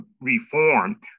reform